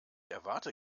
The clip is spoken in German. erwarte